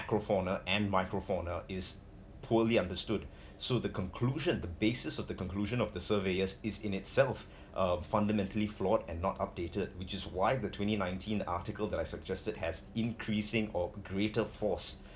macrofauna and microfauna is poorly understood so the conclusion the basis of the conclusion of the surveyors is in itself uh fundamentally flawed and not updated which is why the twenty nineteen article that I suggested has increasing or greater force